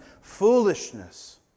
Foolishness